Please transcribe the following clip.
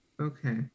Okay